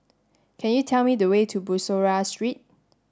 could you tell me the way to Bussorah Street